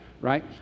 right